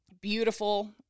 beautiful